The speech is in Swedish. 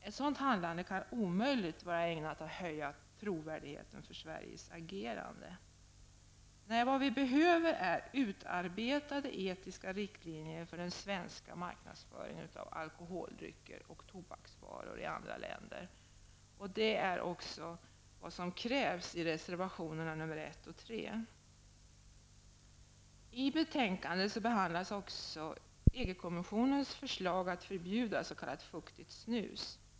Ett sådant handlande kan omöjligt vara ägnat att höja trovärdigheten för Sveriges agerande. Nej, vad vi behöver är utarbetade etiska riktlinjer för den svenska marknadsföringen av alkoholdrycker och tobaksvaror i andra länder. Det är också vad som krävs i reservationerna nr 1 och nr 3. I betänkandet behandlas också EG-kommissionens förslag att förbjuda s.k. fuktigt snus.